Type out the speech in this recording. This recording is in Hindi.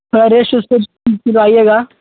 सर आइएगा